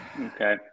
Okay